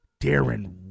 Darren